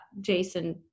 Jason